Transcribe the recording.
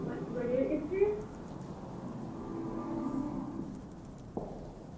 बस बढ़िया इत्थें